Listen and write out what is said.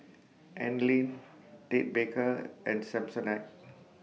Anlene Ted Baker and Samsonite